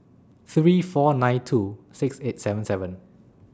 three four nine two six eight seven seven